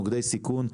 מוקדי סיכון,